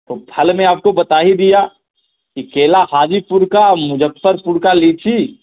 तो फल में आपको बता ही दिया कि केला हाजीपुर का मुज़्फ़्फ़रपुर की लीची